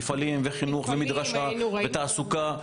מפעלים, חינוך, מדרשה, תעסוקה.